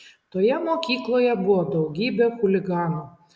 toje mokykloje buvo daugybė chuliganų